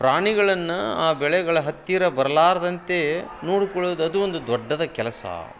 ಪ್ರಾಣಿಗಳನ್ನು ಆ ಬೆಳೆಗಳ ಹತ್ತಿರ ಬರಲಾರ್ದಂತೆ ನೋಡಿಕೊಳ್ಳೋದು ಅದು ಒಂದು ದೊಡ್ಡದು ಕೆಲಸ